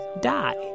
die